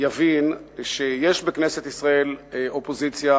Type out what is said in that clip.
יבין שיש בכנסת ישראל אופוזיציה,